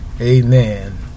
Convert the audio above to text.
Amen